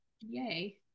Yay